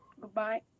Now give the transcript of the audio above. Goodbye